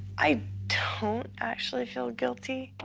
i don't actually feel guilty.